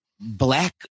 black